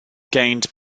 gained